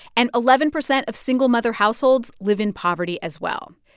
and eleven percent of single-mother households live in poverty as well.